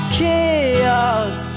chaos